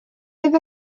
oedd